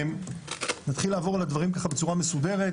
נתחיל לעבור על הדברים בצורה מסודרת,